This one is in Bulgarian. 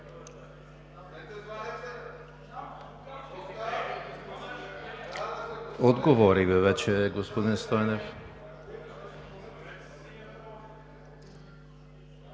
Отговорих Ви вече, господин Стойнев.